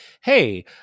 hey